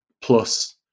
plus